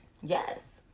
Yes